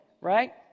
right